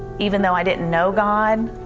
even though i didn't know god,